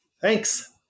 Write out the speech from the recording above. Thanks